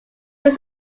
was